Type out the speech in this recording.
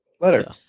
letter